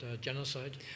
genocide